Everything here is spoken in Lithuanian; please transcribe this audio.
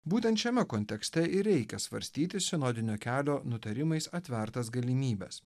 būtent šiame kontekste ir reikia svarstyti sinodinio kelio nutarimais atvertas galimybes